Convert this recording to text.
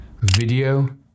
video